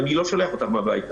אני לא שולח אותם הביתה.